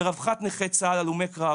ורווחת נכי צה"ל הלומי קרב,